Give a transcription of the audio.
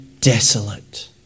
desolate